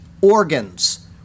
organs